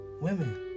Women